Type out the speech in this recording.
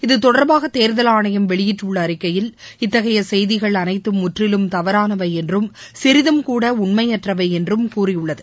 இத்தொடர்பாக தேர்தல் ஆணையம் வெளியிட்டுள்ள அறிக்கையில் இத்தகைய செய்திகள் அனைத்தும் முற்றிலும் தவறானவை என்றும் சிறிது கூட உண்மையற்றவை என்றும் கூறியுள்ளது